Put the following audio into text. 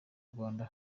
rwanda